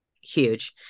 huge